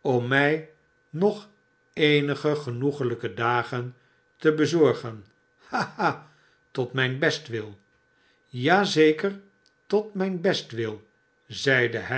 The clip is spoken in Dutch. om mij nog eenige genoeglijke dagen te bezorgen ha ha tot mijn bestwil ja zeker tot mijn bestwil zeide hij